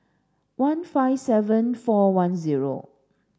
one five seven four one zero